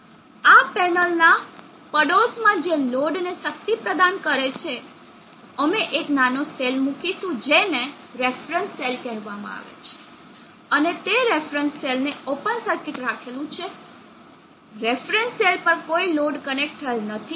આ પેનલના પડોશમાં જે લોડને શક્તિ પ્રદાન કરે છે અમે એક નાનો સેલ મૂકીશું જેને રેફરન્સ સેલ કહેવામાં આવે છે અને તે રેફરન્સ સેલ ને ઓપન સર્કિટ રાખેલું છે રેફરન્સ સેલ પર કોઈ લોડ કનેક્ટ થયેલ નથી